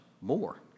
more